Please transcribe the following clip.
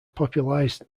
popularised